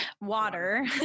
water